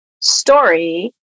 story